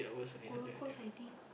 Gold-Coast I think